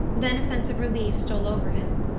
then a sense of relief stole over him.